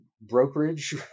brokerage